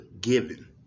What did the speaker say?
given